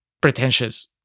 pretentious